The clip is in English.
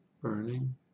burning